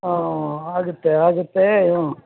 ಹಾಂ ಆಗುತ್ತೆ ಆಗುತ್ತೆ